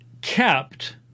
kept